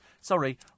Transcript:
Sorry